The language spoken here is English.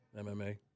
MMA